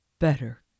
better